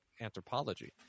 anthropology